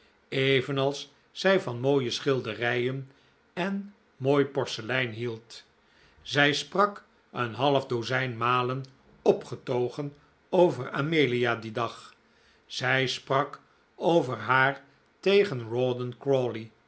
evenals zij van mooie schilderijen en inooi porselein hield zij sprak een half dozijn malen opgetogen over amelia dien dag zij sprak over haar tegen